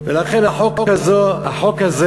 לכן החוק הזה מעיקרו,